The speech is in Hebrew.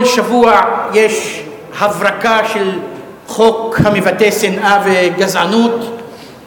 כל שבוע יש הברקה של חוק המבטא שנאה וגזענות,